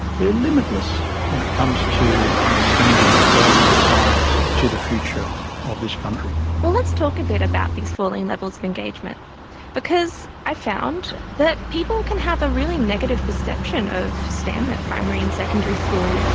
they are limitless when it comes to understanding the value of science to the future of this country. well, let's talk a bit about these falling levels of engagement because i found that people can have a really negative perception of stem at primary and secondary school,